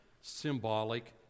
symbolic